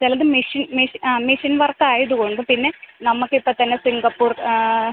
ചിലത് മെഷിൻ ആ മെഷിൻ വർക്കായത് കൊണ്ടും പിന്നെ നമുക്ക് ഇപ്പം തന്നെ സിങ്കപ്പൂർ സിങ്കപ്പൂർ അത്